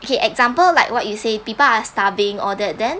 kay example like what you say people are starving all that then